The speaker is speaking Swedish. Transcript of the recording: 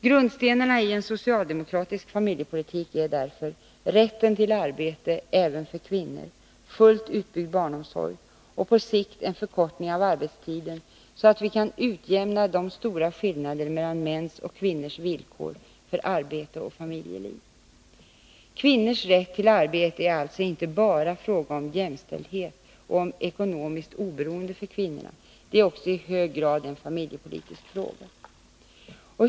Grundstenarna i en socialdemokratisk familjepolitik är därför: Rätten till arbete — även för kvinnor —, fullt utbyggd barnomsorg och på sikt en förkortning av arbetstiden, så att vi kan utjämna de stora skillnaderna mellan mäns och kvinnors villkor för arbete och familjeliv. Kvinnors rätt till arbete är alltså inte bara en fråga om jämställdhet och om ekonomiskt oberoende för kvinnorna. Det är också i hög grad en familjepolitisk fråga.